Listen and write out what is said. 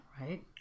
right